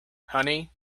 honey